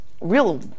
real